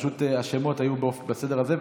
פשוט השמות היו בסדר הזה,